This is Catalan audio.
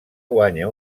guanya